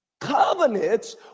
Covenants